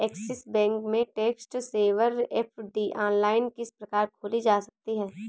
Axis bank में tax saver FD online किस प्रकार खोली जा सकती है?